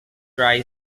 dry